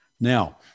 Now